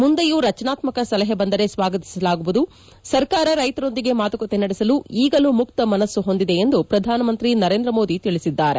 ಮುಂದೆಯೂ ರಚನಾತ್ಸಕ ಸಲಹೆ ಬಂದರೆ ಸ್ನಾಗತಿಸಲಾಗುವುದು ಸರ್ಕಾರ ರೈತರೊಂದಿಗೆ ಮಾತುಕತೆ ನಡೆಸಲು ಈಗಲೂ ಮುಕ್ತ ಮನಸ್ನು ಹೊಂದಿದೆ ಎಂದು ಪ್ರಧಾನಮಂತ್ರಿ ನರೇಂದ್ರ ಮೋದಿ ತಿಳಿಸಿದ್ದಾರೆ